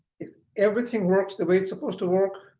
if everything works the way it's supposed to work,